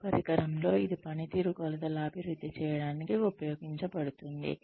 ఈ పరికరంలో ఇది పనితీరు కొలతలు అభివృద్ధి చేయడానికి ఉపయోగించబడుతుంది